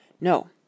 No